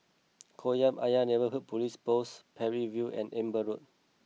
Kolam Ayer Neighbourhood Police Post Parry View and Amber Road